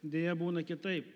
deja būna kitaip